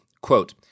Quote